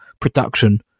production